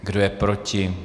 Kdo je proti?